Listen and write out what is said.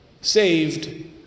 saved